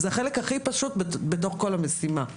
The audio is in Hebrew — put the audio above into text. זה החלק הכי פשוט בתוך כל המשימה.